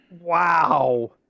Wow